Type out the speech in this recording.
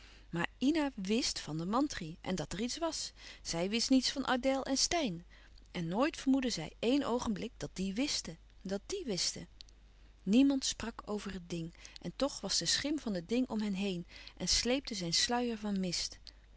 maar ina wist van de mantri en dat er iets was zij wist niets van adèle en steyn en nooit vermoedde zij één oogenblik dat die wisten dat die wisten niemand sprak over het ding en toch was de schim van het ding om hen heen en sleepte zijn sluier van mist